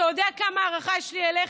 אתה יודע כמה הערכה יש לי אליך.